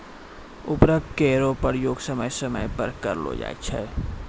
उर्वरक केरो प्रयोग समय समय पर करलो जाय छै